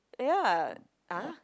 ya ah